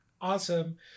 Awesome